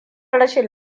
rashin